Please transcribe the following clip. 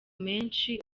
menshi